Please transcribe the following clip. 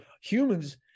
humans